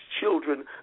children